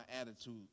attitude